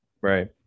Right